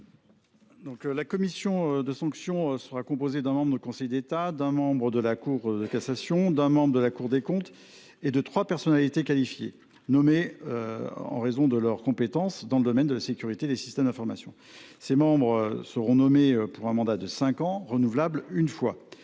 La commission des sanctions sera composée d’un membre du Conseil d’État, d’un membre de la Cour de cassation, d’un membre de la Cour des comptes et de trois personnalités qualifiées, nommées en raison de leurs compétences dans le domaine de la sécurité des systèmes d’information. Ces membres seront nommés pour un mandat de cinq ans, renouvelable une fois.